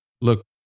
look